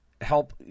help